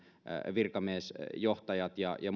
virkamiesjohtajat ja